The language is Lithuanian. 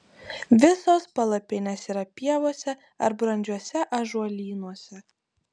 visos palapinės yra pievose ar brandžiuose ąžuolynuose